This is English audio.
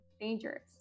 dangerous